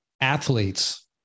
athletes